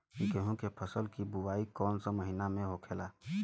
गेहूँ के फसल की बुवाई कौन हैं महीना में होखेला?